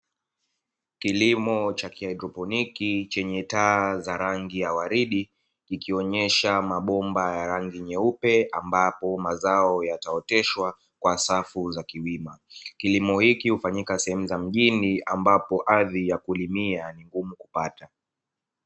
Kilimo cha kihaidroponi chenye taa za rangi ya waridi, ikionyesha mabomba ya rangi nyeupe ambapo mazao yataoteshwa kwa safu za kiwima. Kilimo hiki hufanyika sehemu za mjini, ambapo ardhi ya kulimia ni ngumu kupata.